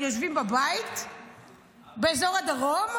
יושבים בבית באזור הדרום,